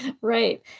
Right